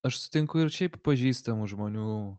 aš sutinku ir šiaip pažįstamų žmonių